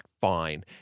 fine